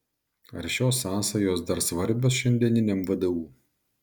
ar šios sąsajos dar svarbios šiandieniniam vdu